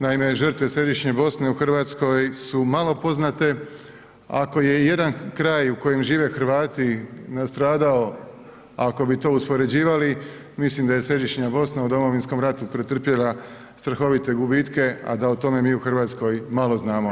Naime, žrtve Središnje Bosne u Hrvatskoj su malo poznate, ako je i jedan kraj u kojem žive Hrvati nastradao ako bi to uspoređivali, mislim da je Središnja Bosna u Domovinskom ratu pretrpjela strahovite gubitke, a da o tome mi u Hrvatskoj malo znamo.